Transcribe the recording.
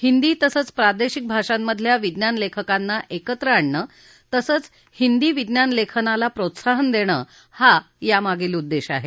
हिंदी तसंच प्रादेशिक भाषांमधल्या विज्ञान लेखकांना एकत्र आणणं तसंच हिंदी विज्ञान लेखनाला प्रोत्साहन देणं हा यामागचा उद्देश आहे